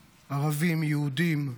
ערבים, יהודים.